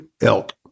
elk